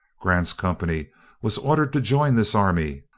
grant's company was ordered to join this army,